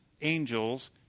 angels